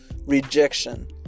rejection